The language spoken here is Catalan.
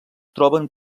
troben